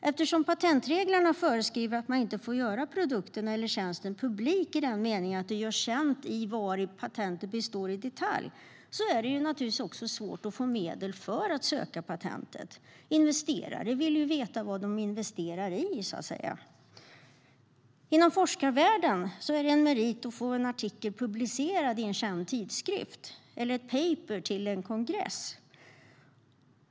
Eftersom patentreglerna föreskriver att man inte får göra produkten eller tjänsten publik i den meningen att det görs känt vad patentet består av i detalj är det naturligtvis också svårt att få medel för att söka patentet. Investerare vill ju veta vad de investerar i. Inom forskarvärlden är det en merit att få en artikel publicerad i en känd tidskrift eller ett paper till en kongress.